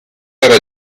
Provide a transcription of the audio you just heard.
era